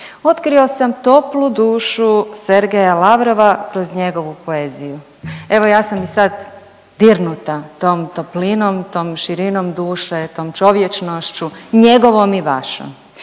otkrio sam toplu dušu Sergeja Lavrova kroz njegovu poeziju.“ Evo ja sam i sad dirnuta tom toplinom, tom širinom duše, tom čovječnošću, njegovom i vašom.